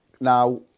Now